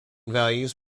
values